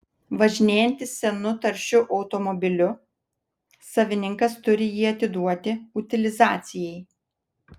važinėjantis senu taršiu automobiliu savininkas turi jį atiduoti utilizacijai